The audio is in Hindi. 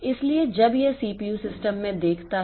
इसलिए जब यह सीपीयू सिस्टम में देखता है